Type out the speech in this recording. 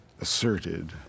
asserted